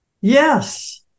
Yes